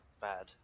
bad